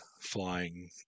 flying